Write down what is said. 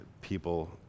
people